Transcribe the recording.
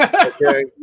Okay